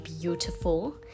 beautiful